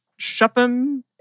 Shupem